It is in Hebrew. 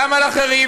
גם על אחרים.